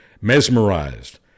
mesmerized